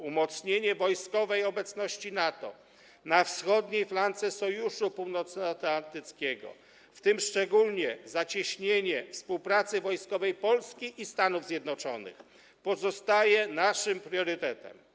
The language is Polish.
Umocnienie wojskowej obecności NATO na wschodniej flance Sojuszu Północnoatlantyckiego, w tym szczególnie zacieśnienie współpracy wojskowej Polski i Stanów Zjednoczonych, pozostaje naszym priorytetem.